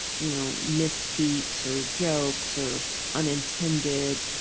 you know, misspeaks or jokes or unintended,